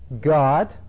God